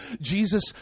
Jesus